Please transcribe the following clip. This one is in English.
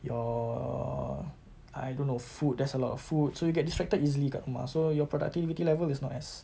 your I don't know food there's a lot of food so you get distracted easily dekat rumah so your productivity level is not as